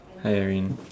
hi Erwin